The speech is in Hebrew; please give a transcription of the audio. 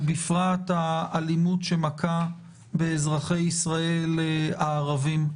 ובפרט האלימות שמכה באזרחי ישראל הערבים.